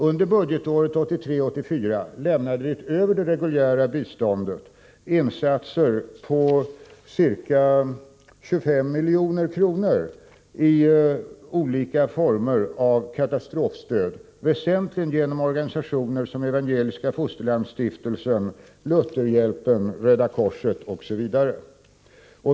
Under budgetåret 1983/84 gjorde vi, utöver det reguljära stödet, insatser på ca 25 milj.kr., i olika former av katastrofhjälp, väsentligen genom organisationer som Evangeliska fosterlandsstiftelsen, Lutherhjälpen, Röda korset osv.